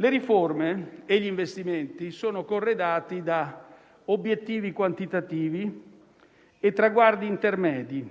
Le riforme e gli investimenti sono corredati da obiettivi quantitativi e traguardi intermedi